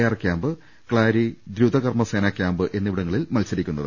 R camp Klari ദ്രുതകർമ്മ സേനാ camp എന്നിവിടങ്ങളിൽ മത്സരിക്കുന്നത്